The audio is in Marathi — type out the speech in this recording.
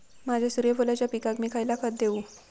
माझ्या सूर्यफुलाच्या पिकाक मी खयला खत देवू?